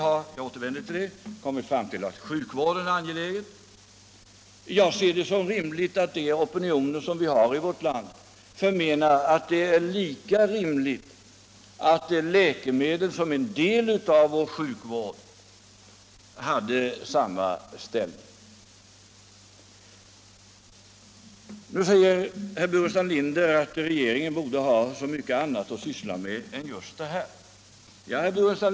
Jag återkommer till att vi här har kommit fram till att sjukvården är en sådan väsentlig uppgift. Jag ser det som naturligt att de opinioner vi har i vårt land förmenar att det är lika rimligt att läkemedelsindustrin såsom varande en del av vår sjukvård har samma ställning. Nu säger herr Burenstam Linder att regeringen borde ha mycket annat att syssla med än just denna fråga.